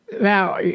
Now